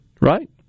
right